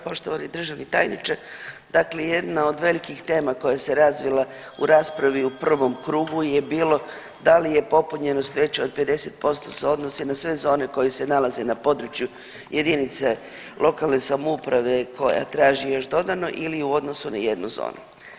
Poštovani državni tajniče, dakle jedna od velikih tema koja se razvila u raspravi u prvom krugu je bilo da li je popunjenost veća od 50% se odnosi i na sve zone koje se nalaze na području jedinice lokalne samouprave koja traži još dodano ili u odnosu na jednu zonu.